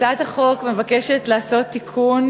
החוק מבקשת לעשות תיקון